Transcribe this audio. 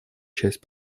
часть